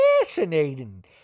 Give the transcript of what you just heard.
fascinating